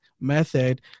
method